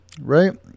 Right